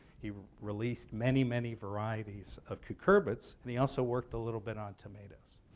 he released many, many varieties of cucurbits, and he also worked a little bit on tomatoes.